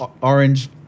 orange